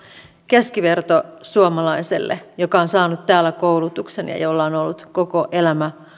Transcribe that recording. keskivertosuomalaiselle joka on saanut täällä koulutuksen ja jolla on ollut koko elämä